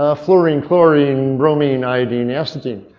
ah fluorine, chlorine, bromine, iodine, astatine.